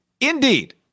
Indeed